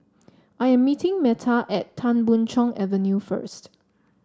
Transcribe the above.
I am meeting Meta at Tan Boon Chong Avenue first